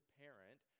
parent